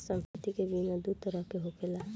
सम्पति के बीमा दू तरह के होखेला